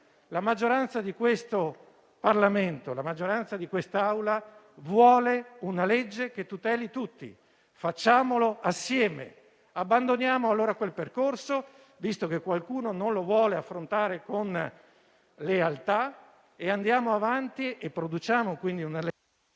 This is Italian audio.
la maggioranza di questo Parlamento: la maggioranza di quest'Assemblea vuole una legge che tuteli tutti. Facciamola assieme. Abbandoniamo allora quel percorso, visto che qualcuno non lo vuole affrontare con lealtà. Andiamo avanti e produciamo quindi...